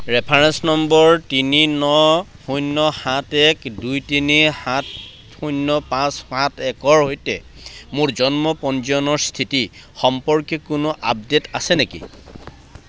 reference number তিনি ন শূন্য সাত এক দুই তিনি সাত শূন্য পাঁচ সাত একৰ সৈতে মোৰ জন্ম পঞ্জীয়নৰ স্থিতি সম্পৰ্কে কোনো আপডেট আছে নেকি